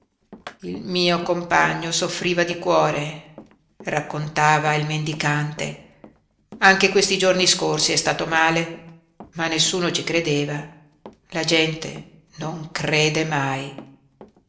il mio compagno soffriva di cuore raccontava il mendicante anche questi giorni scorsi è stato male ma nessuno ci credeva la gente non crede mai